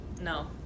No